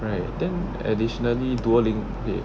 right then additionally duolin~ wait